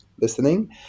listening